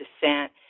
descent